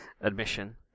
admission